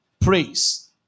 praise